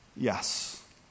Yes